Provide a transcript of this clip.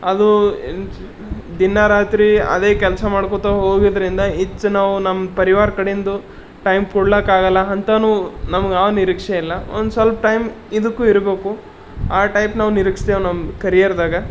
ಅದು ದಿನ ರಾತ್ರಿ ಅದೇ ಕೆಲಸ ಮಾಡ್ಕೋತಾ ಹೋಗಿದ್ದರಿಂದ ಹೆಚ್ ನಾವು ನಮ್ಮ ಪರಿವಾರ ಕಡಿಂದು ಟೈಮ್ ಕೊಡ್ಲಿಕ್ಕಾಗಲ್ಲ ಅಂತನೂ ನಮಗೆ ಯಾವ್ ನಿರೀಕ್ಷೆ ಇಲ್ಲ ಒಂದು ಸ್ವಲ್ಪ ಟೈಮ್ ಇದಕ್ಕೂ ಇರಬೇಕು ಆ ಟೈಪ್ ನಾವು ನಿರಕ್ಸ್ತೇವ ನಮ್ಮ ಕರಿಯರ್ದಾಗ